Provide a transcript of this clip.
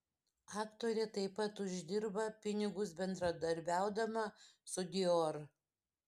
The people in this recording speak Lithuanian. aktorė taip pat uždirba pinigus bendradarbiaudama su dior